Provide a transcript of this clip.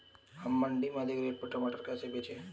हम मंडी में अधिक रेट पर टमाटर कैसे बेचें?